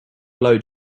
blow